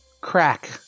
Crack